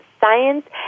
science